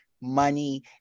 money